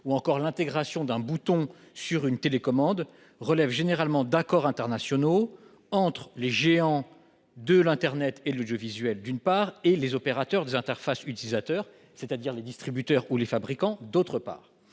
ou encore l'intégration d'un bouton sur une télécommande relèvent généralement d'accords internationaux entre les géants de l'internet et de l'audiovisuel, d'une part, et les opérateurs des interfaces utilisateur, c'est-à-dire les distributeurs ou fabricants d'équipements